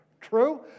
True